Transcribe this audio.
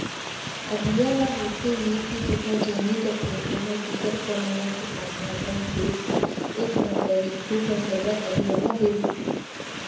अधिया म होथे ये के जेखर जमीन रथे ओहर दूसर कमइया किसान ल अपन खेत ल एक फसल, दू फसल बर अधिया म दे देथे